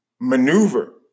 maneuver